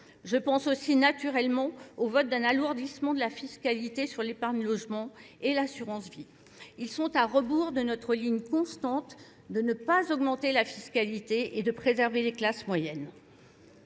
Je pense aussi naturellement au vote d'un alourdissement de la fiscalité sur l'épargne de logements et l'assurance vie. Ils sont à rebours de notre ligne constante de ne pas augmenter la fiscalité et de préserver les classes moyennes.